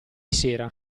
sera